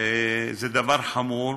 זה דבר חמור.